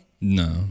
No